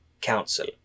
council